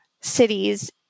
cities